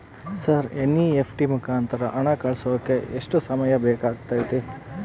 Sir NEFT ಮುಖಾಂತರ ಹಣ ಕಳಿಸೋಕೆ ಎಷ್ಟು ಸಮಯ ಬೇಕಾಗುತೈತಿ?